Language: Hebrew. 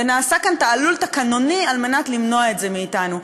ונעשה כאן תעלול תקנוני על מנת למנוע את זה מאתנו.